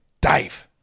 Dave